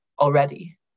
already